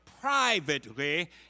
privately